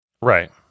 Right